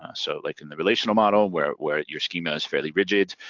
ah so like in the relational model where where your schema is fairly rigid,